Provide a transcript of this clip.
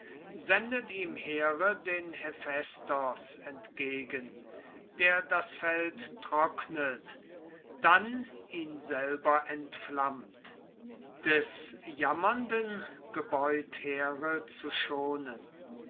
sendet ihm here den hephästos entgegen der das feld trocknet dann ihn selber entflammt des jammernden gebeut here zu schonen